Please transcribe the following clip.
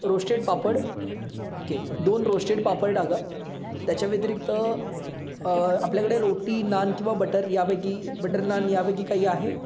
roasted papad okay दोन roasted papad टाका त्याच्या व्यतिरिक्त आपल्याकडे रोटी नान किंवा बटर यापैकी बटर नान यापैकी काही आहे